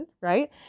right